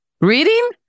Reading